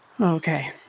Okay